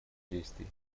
действий